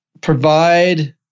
provide